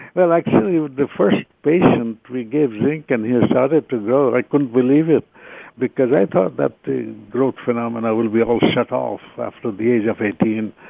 well, actually, the first patient we gave zinc and he has started to grow, i couldn't believe it because i thought that the growth phenomena will be all shut off after the age of eighteen,